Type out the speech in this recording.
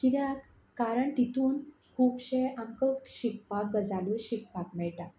किद्याक कारण तितून खुबशें आमकां शिकपाक गजाल्यो शिकपाक मेळटा